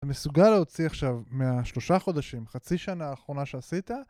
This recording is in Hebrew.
אתה מסוגל להוציא עכשיו מהשלושה חודשים, חצי שנה האחרונה שעשית